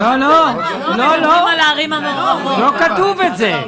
לא כתוב את זה.